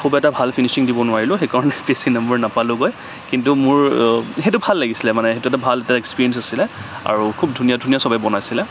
খুব এটা ভাল ফিনিছিং দিব নোৱাৰিলো সেইকাৰণে বেছি নাম্বাৰ নাপালোগৈ কিন্তু মোৰ সেইটো ভাল লাগিছিলে মানে সেইটো এটা ভাল এক্সপেৰিয়েঞ্চ আছিলে আৰু খুব ধুনীয়া ধুনীয়া চবে বনাইছিলে